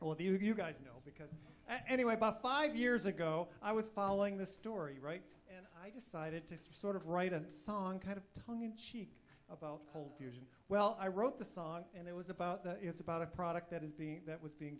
all of you guys know because anyway about five years ago i was following the story right and i decided to sort of write a song kind of tongue in cheek about cold fusion well i wrote the song and it was about it's about a product that is being that was being